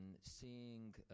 seeing